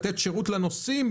שיש לתת שירות לנוסעים,